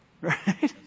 Right